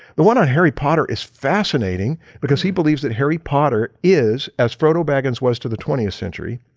the one on harry potter is fascinating because he believes that harry potter is, as frodo baggins was to the twentieth century,